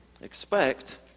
expect